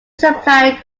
supplied